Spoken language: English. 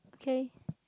okay